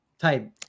type